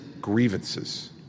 grievances